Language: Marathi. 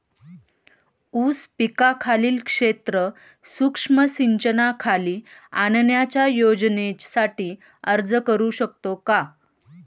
ऊस पिकाखालील क्षेत्र सूक्ष्म सिंचनाखाली आणण्याच्या योजनेसाठी अर्ज करू शकतो का?